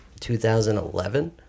2011